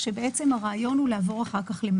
כאשר הרעיון הוא לעבור אחר כך למים.